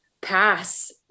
pass